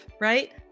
right